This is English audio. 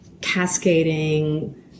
cascading